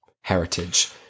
heritage